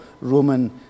Roman